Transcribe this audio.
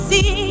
See